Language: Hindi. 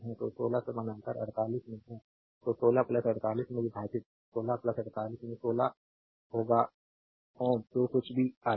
तो 16 समानांतर 48 में है तो 16 48 से विभाजित 16 48 में 16 होगा Ω जो कुछ भी आता है